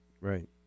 Right